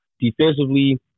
Defensively